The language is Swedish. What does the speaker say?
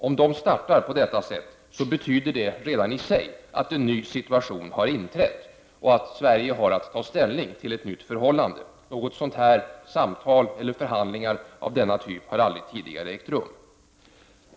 Om de startar på detta sätt betyder det redan i sig att en ny situation har inträtt och att Sverige har att ta ställning till ett nytt förhållande. Samtal eller förhandlingar av denna typ har aldrig tidigare ägt rum.